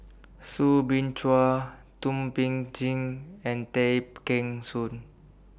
Soo Bin Chua Thum Ping Tjin and Tay Kheng Soon